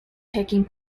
taking